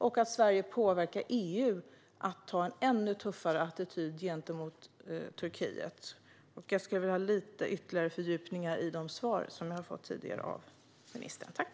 Sverige behöver också påverka EU att ha en ännu tuffare attityd gentemot Turkiet. Jag skulle vilja ha ytterligare fördjupning av det svar som jag tidigare har fått från ministern.